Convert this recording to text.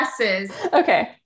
Okay